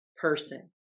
person